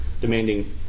demanding